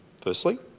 Firstly